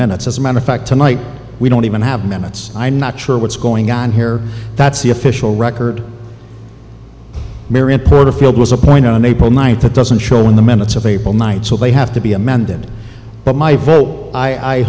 minutes as a matter of fact tonight we don't even have minutes i'm not sure what's going on here that's the official record here in port a field was a point on april ninth that doesn't show in the minutes of april night so they have to be amended but my vote i